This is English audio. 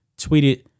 tweeted